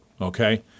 Okay